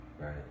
Right